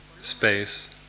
space